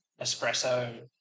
espresso